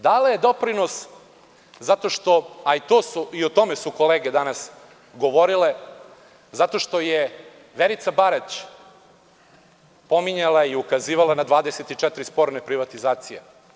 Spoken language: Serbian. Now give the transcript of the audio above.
Dala je doprinos zato što, a i o tome su kolege danas govorile, zato što je Verica Barać pominjala i ukazivala na 24 sporne privatizacije.